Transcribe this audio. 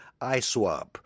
ISWAP